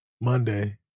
Monday